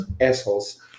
assholes